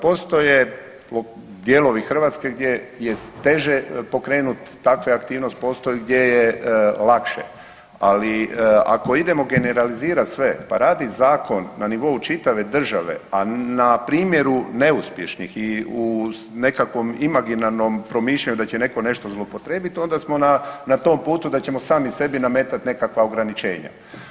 Postoje dijelovi Hrvatske gdje je teže pokrenuti takve aktivnosti, postoje gdje je lakše, ali ako idemo generalizirat sve pa radi zakon na nivou čitave države, a na primjeru neuspješnih i u nekakvom imaginarnom promišljanju da će neko nešto zloupotrebit onda smo na tom putu da ćemo sami sebi namatati neka ograničenja.